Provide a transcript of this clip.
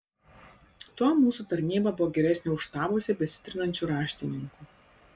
tuo mūsų tarnyba buvo geresnė už štabuose besitrinančių raštininkų